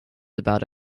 about